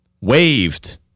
waved